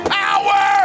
power